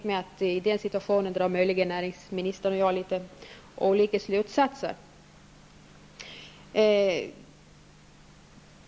I den situationen drar näringsministern och jag möjligen litet olika slutsatser, kan jag tänka mig.